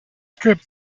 strip